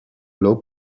law